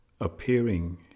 appearing